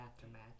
aftermath